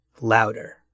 louder